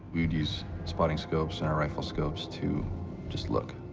we would use spotting scopes in our riflescopes to just look.